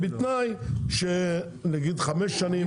בתנאי שנגיד 5 שנים.